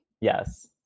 Yes